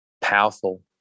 powerful